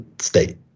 state